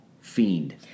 fiend